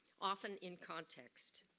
often in context.